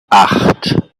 acht